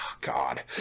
God